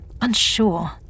unsure